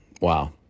Wow